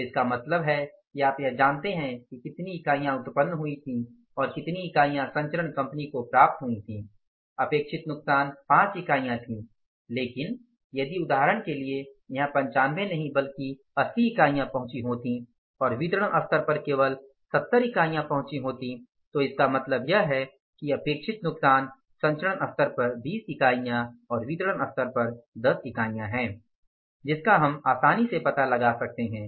तो इसका मतलब है कि अब आप यह जानते हैं कि कितनी इकाइयाँ उत्पन्न हुई थीं और कितनी इकाइयाँ संचरण कंपनी को प्राप्त हुई थीं अपेक्षित नुकसान 5 इकाइयाँ थीं लेकिन यदि उदाहरण के लिए यहाँ 95 नहीं बल्कि 80 इकाइयाँ पहुँची होती और वितरण स्तर पर केवल 70 इकाइयाँ पहुँची होती तो इसका मतलब यह है कि अपेक्षित नुकसान संचरण स्तर पर 20 इकाइयां और वितरण स्तर पर 10 इकाइयां है जिसका हम आसानी से पता लगा सकते हैं